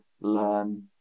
learn